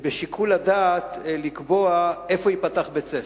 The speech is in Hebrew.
בשיקול הדעת לקבוע איפה ייפתח בית-ספר.